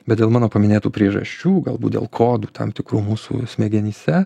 bet dėl mano paminėtų priežasčių galbūt dėl kodų tam tikrų mūsų smegenyse